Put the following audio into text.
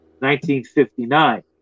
1959